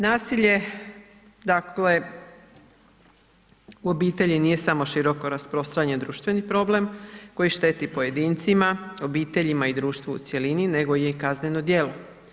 Nasilje dakle u obitelji nije samo široko rasprostranjeni društveni problem koji šteti pojedincima, obiteljima i društvu u cjelini, nego je i kazneno djelo.